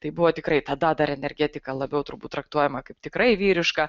tai buvo tikrai tada dar energetika labiau turbūt traktuojama kaip tikrai vyriška